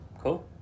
cool